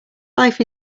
life